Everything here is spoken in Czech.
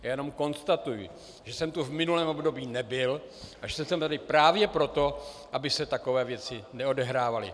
Jenom konstatuji, že jsem tu v minulém období nebyl a že jsem tady právě proto, aby se takové věci neodehrávaly.